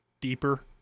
deeper